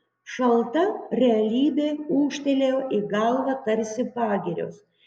šalta realybė ūžtelėjo į galvą tarsi pagirios